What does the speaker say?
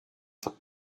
pot